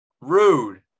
Rude